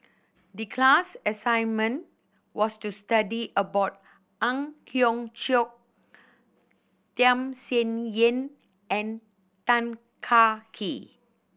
the class assignment was to study about Ang Hiong Chiok Tham Sien Yen and Tan Kah Kee